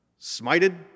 smited